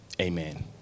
amen